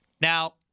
Now